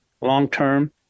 long-term